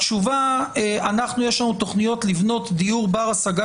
התשובה שיש לנו תכניות לבנות דיור בר-השגה